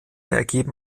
ergeben